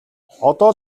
одоо